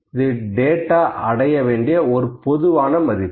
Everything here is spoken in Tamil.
இது டேட்டா அடையவேண்டிய ஒரு பொதுவான மதிப்பு